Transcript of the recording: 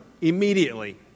immediately